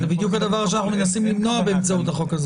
זה בדיוק הדבר שאנחנו מנסים למנוע באמצעות החוק הזה.